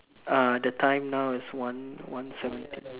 uh the time now is one one seventeen